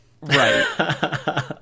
Right